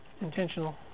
intentional